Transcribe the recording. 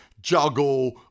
juggle